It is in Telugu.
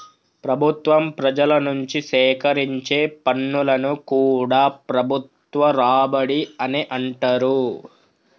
ప్రభుత్వం ప్రజల నుంచి సేకరించే పన్నులను కూడా ప్రభుత్వ రాబడి అనే అంటరు